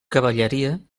cavalleria